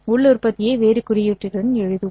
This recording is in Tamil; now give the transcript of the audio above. உள் உற்பத்தியை வேறு குறியீட்டுடன் எழுதுவோம்